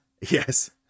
Yes